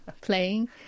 playing